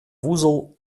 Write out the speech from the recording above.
вузол